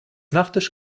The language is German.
nachtisch